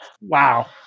wow